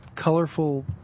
Colorful